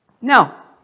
Now